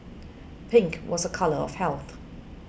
pink was a colour of health